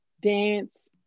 dance